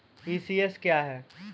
ECS क्या है?